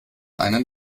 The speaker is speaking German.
einen